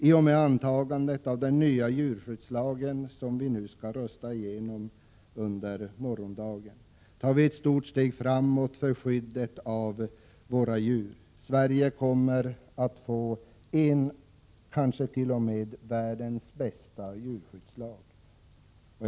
I och med antagandet av den nya djurskyddslagen, som vi kommer att rösta igenom i morgon, tar vi ett stort steg framåt för skyddet av våra djur. Sverige kommer att få en av världens bästa djurskyddslagar, kanske t.o.m. den bästa.